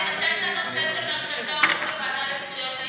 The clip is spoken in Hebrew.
אבל לפצל את הנושא של מרכזי הורות לוועדה לזכויות הילד.